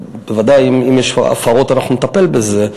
בוודאי, אם יש פה הפרות, אנחנו נטפל בזה.